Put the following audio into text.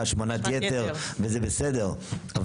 כמו השמנת יתר וזה בסדר,